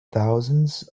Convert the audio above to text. thousands